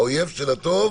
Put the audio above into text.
האויב של הטוב